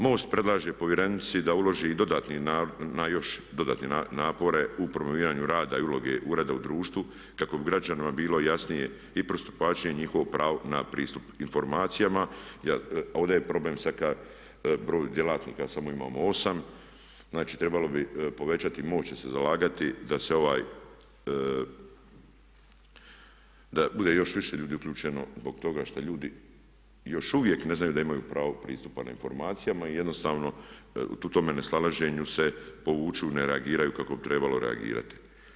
MOST predlaže povjerenici da uloži dodatni napor u promoviranju rada i uloge ureda u društvu kako bi građanima bilo jasnije i pristupačnije njihovo pravo na pristup informacijama jer ovdje je problem broj djelatnika, samo imamo 8, znači trebalo bi povećati, MOST će se zalagati da se ovaj, da bude još više ljudi uključeno zbog toga što ljudi još uvijek ne znaju da imaju pravo pristupa na informacijama i jednostavno u tu tome ne snalaženju se povuku, ne reagiraju kako bi trebalo reagirati.